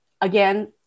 again